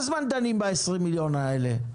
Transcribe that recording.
כמה זמן דנים ב-20 מיליון האלה?